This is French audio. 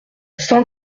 cent